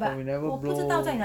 oh we never blow